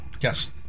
Yes